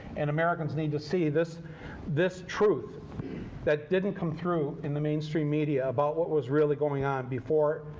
and americans need to see this this truth that didn't come through in the mainstream media about what was really going on before,